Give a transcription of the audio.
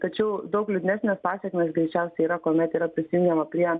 tačiau daug liūdnesnės pasekmės greičiausiai yra kuomet yra prisijungiama prie